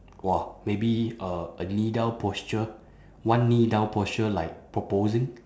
!wah! maybe uh a knee down posture one knee down posture like proposing